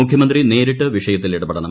മുഖ്യമന്ത്രി ് നേരിട്ട് വിഷയത്തിൽ ഇടപെടണം